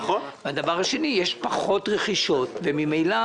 דבר שני, יש פחות רכישות, ממילא